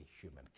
human